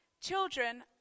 Children